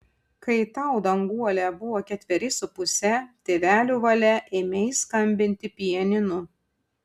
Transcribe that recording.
kai tau danguole buvo ketveri su puse tėvelių valia ėmei skambinti pianinu